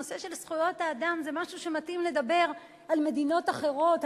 הנושא של זכויות האדם זה משהו שמתאים לדבר על מדינות אחרות,